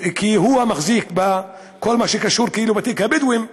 כי הוא המחזיק בכל מה שקשור לתיק הבדואים,